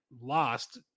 lost